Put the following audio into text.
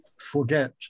forget